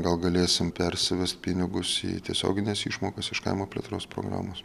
gal galėsim persivest pinigus į tiesiogines išmokas iš kaimo plėtros programos